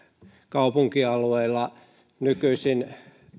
kaupunkialueilla nykyisin